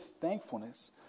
thankfulness